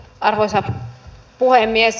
arvoisa puhemies